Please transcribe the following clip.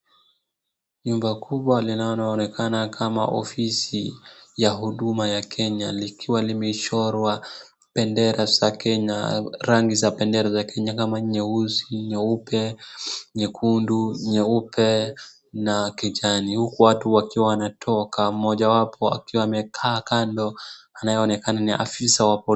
Nyumba kubwa linaloonekana kama ofisi ya Huduma ya Kenya likiwa limechorwa rangi za bendera za Kenya kama nyeusi, nyeupe, nyekundu, nyeupe na kijani. Huku watu wakiwa wanatoka mmojawapo akiwa amekaa kando anayeonekana ni afisa wa polisi.